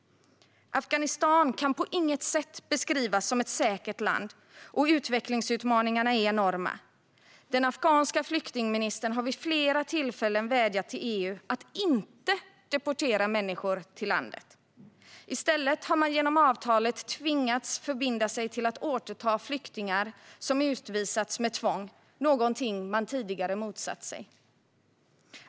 Afghanistan kan på inget sätt beskrivas som ett säkert land, och utvecklingsutmaningarna är enorma. Den afghanska flyktingministern har vid flera tillfällen vädjat till EU att inte deportera människor till landet. I stället har man genom avtalet tvingats förbinda sig till att återta flyktingar som utvisats med tvång, någonting man tidigare motsatt sig.